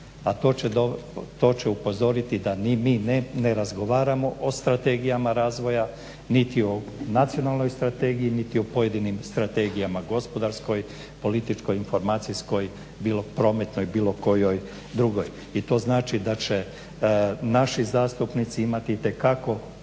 A to će upozoriti da mi ni ne razgovaramo o strategijama razvoja niti o nacionalnoj strategiji niti o pojedinim strategijama gospodarskoj, političkoj, informacijskoj, prometnoj bilo kojoj drugoj. I to znači da će naši zastupnici imati itekako